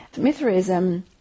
Mithraism